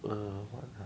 mm